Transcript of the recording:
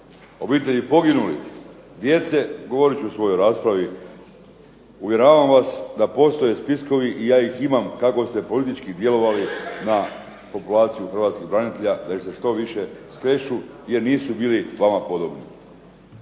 obitelji poginulih, djece govorit ću u svojoj raspravi. Uvjeravam vas da postoje spiskovi i ja ih imam kako ste politički djelovali na populaciju hrvatskih branitelja da ih se što više skrešu jer nisu bili vama podobni.